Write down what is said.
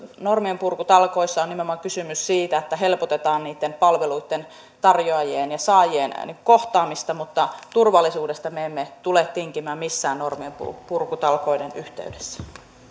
normienpurkutalkoissa on nimenomaan kysymys siitä että helpotetaan niitten palveluitten tarjoajien ja saajien kohtaamista mutta turvallisuudesta me emme tule tinkimään missään normienpurkutalkoiden yhteydessä